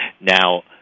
Now